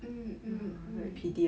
mm mm mm